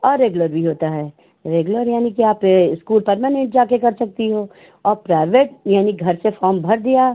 और रेगुलर भी होता है रेगुलर यानि कि आप इस्कूल परमानेंट जाके कर सकती हो और प्राइवेट यानि घर से फ़ॉम भर दिया